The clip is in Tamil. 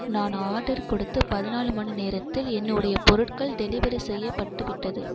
நான் ஆர்டர் கொடுத்து பதினாலு மணி நேரத்தில் என்னுடைய பொருட்கள் டெலிவரி செய்யப்பட்டுவிட்டது